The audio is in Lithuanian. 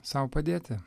sau padėti